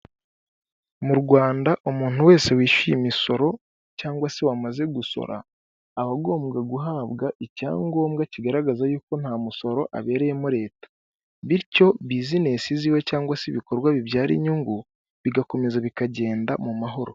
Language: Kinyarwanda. Mu Rwanda umuntu wese wishyuye imisoro cyangwa se wamaze gusora, aba agomba guhabwa icyangombwa kigaragaza yuko nta musoro abereyemo leta, bityo bizinesi ziwe cyangwa se ibikorwa bibyara inyungu, bigakomeza bikagenda mu mahoro.